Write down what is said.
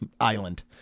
island